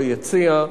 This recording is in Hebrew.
ביציע,